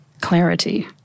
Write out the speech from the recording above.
clarity